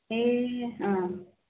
ए अँ